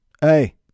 Hey